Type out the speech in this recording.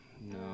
no